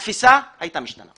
התפיסה הייתה משתנה.